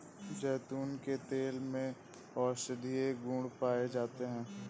जैतून के तेल में औषधीय गुण पाए जाते हैं